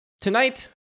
Tonight